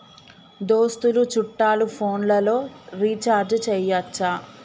దోస్తులు చుట్టాలు ఫోన్లలో రీఛార్జి చేయచ్చా?